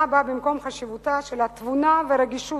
באה במקום חשיבותן של התבונה והרגישות.